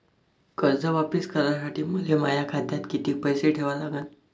कर्ज वापिस करासाठी मले माया खात्यात कितीक पैसे ठेवा लागन?